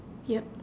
yup